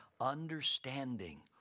understanding